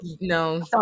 No